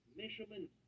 measurement